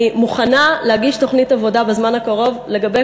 אני מוכנה להגיש תוכנית עבודה בזמן הקרוב לגבי